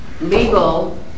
legal